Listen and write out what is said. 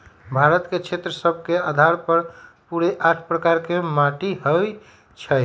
भारत में क्षेत्र सभ के अधार पर पूरे आठ प्रकार के माटि होइ छइ